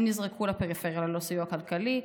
הם נזרקו לפריפריה ללא סיוע כלכלי,